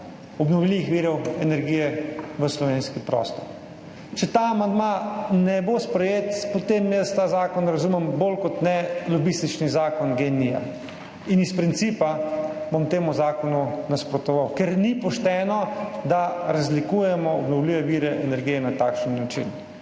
obnovljivih virov energije v slovenski prostor. Če ta amandma ne bo sprejet, potem jaz ta zakon razumem bolj kot ne lobistični zakon GEN-I in bom iz principa nasprotoval temu zakonu, ker ni pošteno, da razlikujemo obnovljive vire energije na takšen način.